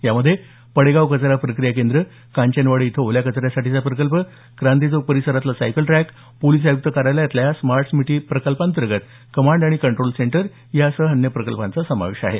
यामध्ये पडेगाव कचरा प्रक्रिया केंद्र कांचनवाडी इथं ओल्या कचऱ्यासाठीचा प्रकल्प क्रांतीचौक परिसरातलं सायकल ट्रॅक पोलीस आयुक्त कार्यालयातल्या स्मार्ट सिटी प्रकल्पांतर्गत कमांड आणि कंट्रोल सेंटर सह अन्य प्रकल्पांचा समावेश असणार आहे